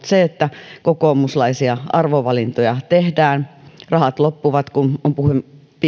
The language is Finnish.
se että kokoomuslaisia arvovalintoja tehdään rahat loppuvat kun on puhe